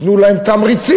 תנו להם תמריצים.